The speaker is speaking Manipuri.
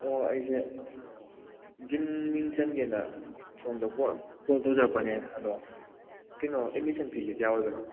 ꯑꯣ ꯑꯩꯁꯦ ꯖꯤꯝ ꯃꯤꯡ ꯆꯟꯒꯦꯅ ꯁꯣꯝꯗ ꯀꯣꯜ ꯇꯧꯖꯔꯛꯄꯅꯦ ꯑꯗꯣ ꯀꯩꯅꯣ ꯑꯦꯗꯃꯤꯁꯟ ꯐꯤꯁꯦ ꯀꯌꯥ ꯑꯣꯏꯕꯅꯣ